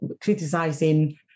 criticizing